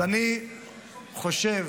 יחד עם זאת, אני חייב